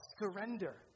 surrender